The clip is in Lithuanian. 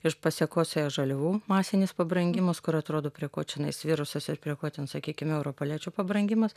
iš pasekos ėjo žaliavų masinis pabrangimas kur atrodo prie ko čionais virusas ir prie ko ten sakykime europalečių pabrangimas